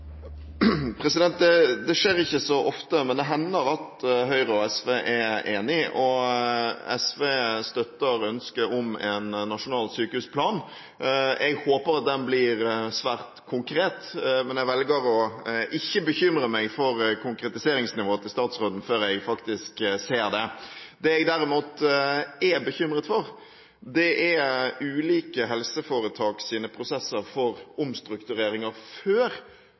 Det skjer ikke så ofte, men det hender at Høyre og SV er enige – og SV støtter ønsket om en nasjonal sykehusplan. Jeg håper den blir svært konkret, men jeg velger ikke å bekymre meg for konkretiseringsnivået til statsråden før jeg faktisk ser det. Det jeg derimot er bekymret for, er ulike helseforetaks prosesser for omstruktureringer før